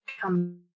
come